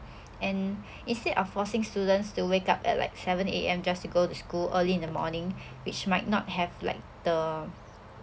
and instead of forcing students to wake up at like seven A_M just to go to school early in the morning which might not have like the